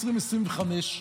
2025,